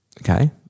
Okay